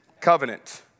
covenant